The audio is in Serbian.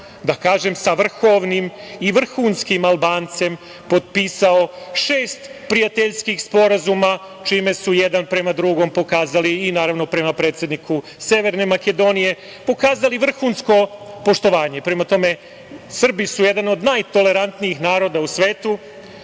da kažem, sa vrhovnim i vrhunskim Albancem potpisao šest prijateljskih sporazuma, čime su jedan prema drugom pokazali i, naravno prema predsedniku Severne Makedonije, ukazali vrhunsko poštovanje. Prema tome, Srbi su jedan od najtolerantnijih naroda u svetu